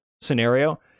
scenario